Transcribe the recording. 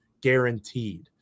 guaranteed